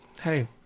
hey